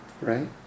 right